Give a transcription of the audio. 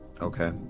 Okay